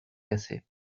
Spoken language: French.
cassé